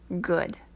good